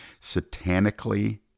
satanically